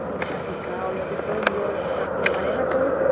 ठीकु आहे ठीकु आहे ओयो ॾिसो इहो तव्हांखे वणेव थो